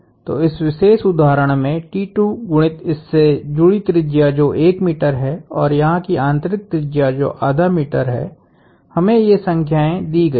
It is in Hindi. तो इस विशेष उदाहरण मेंगुणित इससे जुड़ी त्रिज्या जो 1मीटर है और यहाँ की आंतरिक त्रिज्या जो आधा मीटर है हमें ये संख्याएँ दी गई हैं